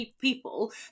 people